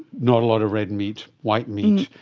not a lot of red meat, white meat,